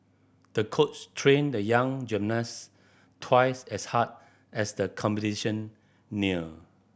the coach trained the young gymnast twice as hard as the competition neared